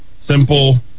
simple